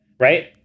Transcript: Right